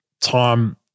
time